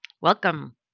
welcome